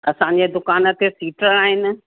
असांजे दुकान ते सीटर आहिनि